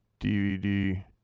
dvd